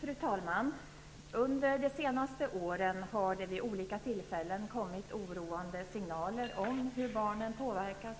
Fru talman! Under de senaste åren har det vid olika tillfällen kommit oroande signaler om hur barnen påverkas